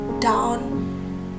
down